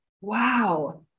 wow